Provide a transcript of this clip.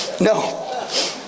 No